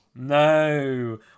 No